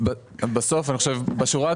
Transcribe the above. לפני ארבע